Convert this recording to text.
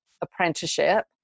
apprenticeship